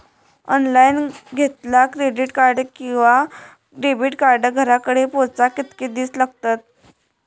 Online घेतला credit card किंवा debit card घराकडे पोचाक कितके दिस लागतत?